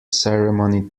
ceremony